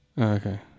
Okay